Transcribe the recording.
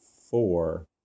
four